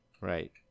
Right